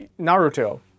Naruto